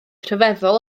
rhyfeddol